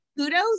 Kudos